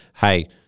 hey